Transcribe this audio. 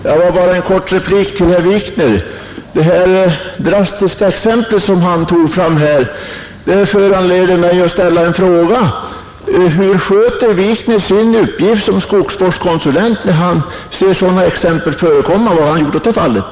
Herr talman! Bara en kort replik till herr Wikner. Det drastiska exempel beträffande skogsvården som han tog fram föranleder mig att ställa en fråga: Hur sköter herr Wikner sin uppgift som skogsvårdskonsulent? Hur kan sådant förekomma där herr Wikner är ansvarig skogsvårdskonsulent?